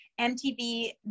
MTV